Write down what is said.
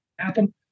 Happen